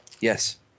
Yes